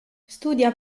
studia